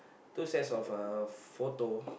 two sets of uh photo